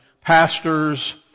pastor's